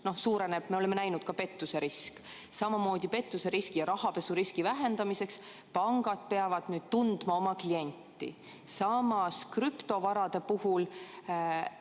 siis suureneb, me oleme näinud, ka pettuserisk. Pettuseriski ja rahapesuriski vähendamiseks peavad pangad nüüd tundma oma klienti. Samas, krüptovarade puhul